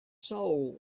soul